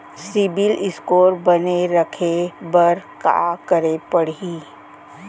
CIBIL score बने रखे बर का करे पड़ही?